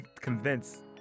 convince